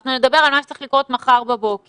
ואנחנו נדבר על מה שצריך לקרות מחר בבוקר.